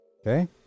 Okay